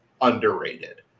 underrated